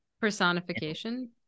personification